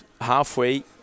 halfway